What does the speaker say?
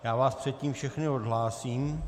Já vás předtím všechny odhlásím.